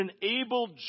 enabled